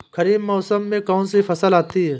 खरीफ मौसम में कौनसी फसल आती हैं?